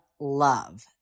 love